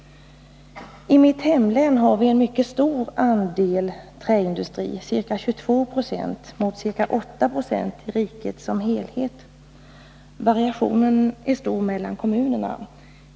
I mitt hemlän har vi en mycket stor andel träindustri, ca 22 90 mot ca 8 Pi riket som helhet. Variationen är stor mellan kommunerna.